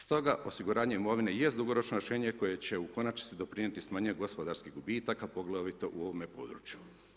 Stoga osiguranje imovine, jest dugoročno rješenje, koje će u konačnici doprinijeti smanjenje gospodarskih gubitaka, poglavito u ovome području.